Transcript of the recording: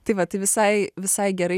tai va tai visai visai gerai